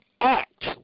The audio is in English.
act